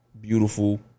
beautiful